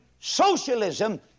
socialism